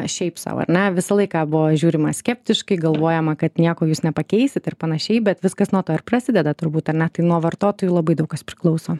šiaip sau ar ne visą laiką buvo žiūrima skeptiškai galvojama kad nieko jūs nepakeisit ir panašiai bet viskas nuo to ir prasideda turbūt ar ne tai nuo vartotojų labai daug kas priklauso